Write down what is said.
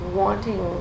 wanting